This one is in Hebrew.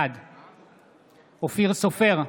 בעד אופיר סופר,